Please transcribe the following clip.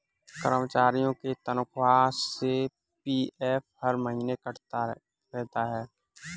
कर्मचारियों के तनख्वाह से पी.एफ हर महीने कटता रहता है